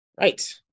Right